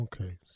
Okay